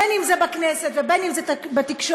אם זה בכנסת ואם זה בתקשורת,